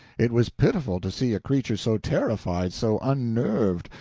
it was pitiful to see a creature so terrified, so unnerved,